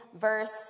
verse